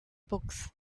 books